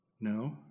No